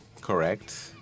correct